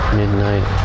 midnight